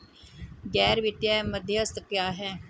गैर वित्तीय मध्यस्थ क्या हैं?